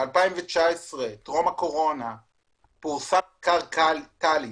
ב-2019 טרום הקורונה פורסם מחקר טאליס.